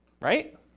Right